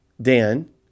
Dan